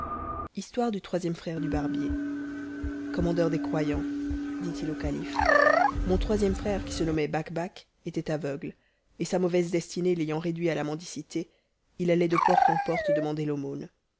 commandeur des croyants dit-il au calife mon troisième irère qui se nommait bakbac était aveugle et sa mauvaise destinée l'ayant réduit à la mendicité il allait de porte en porte demander i'aumône